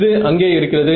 இது அங்கே இருக்கிறது